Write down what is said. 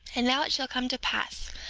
and now it shall come to pass,